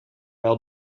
wel